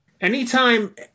anytime